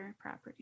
property